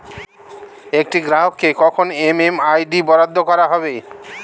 একটি গ্রাহককে কখন এম.এম.আই.ডি বরাদ্দ করা হবে?